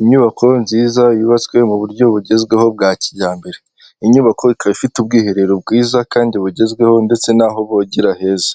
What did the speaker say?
Inyubako nziza yubatswe mu buryo bugezweho bwa kijyambere inyubako ikaba ifite ubwiherero bwiza kandi bugezweho ndetse naho bogera heza,